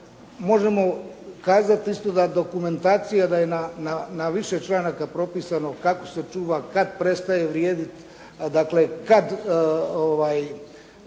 možemo kazati isto da dokumentacija da je na više članaka propisano kako se čuva, kad prestaje vrijediti. Dakle, kad